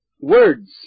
words